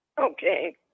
Okay